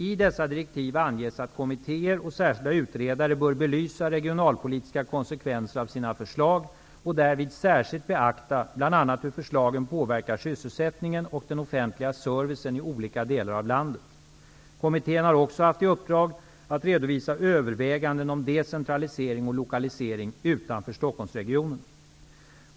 I dessa direktiv anges att kommittéer och särskilda utredare bör belysa regionalpolitiska konsekvenser av sina förslag och därvid särskilt beakta bl.a. hur förslagen påverkar sysselsättningen och den offentliga servicen i olika delar av landet. Kommittén har också haft i uppdrag att redovisa överväganden om decentralisering och lokalisering utanför Stockholmsregionen.